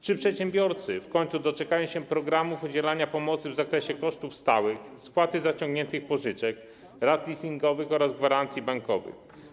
Czy przedsiębiorcy w końcu doczekają się programów udzielania pomocy w zakresie kosztów stałych, spłaty zaciągniętych pożyczek, rat leasingowych oraz gwarancji bankowych?